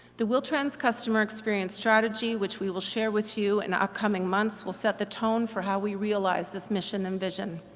the wheel-trans customer experience strategy, which we will share with you in our coming months, will set the tone for how we realize this mission and vision.